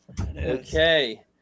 Okay